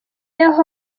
yaho